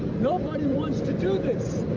nobody wants to do this.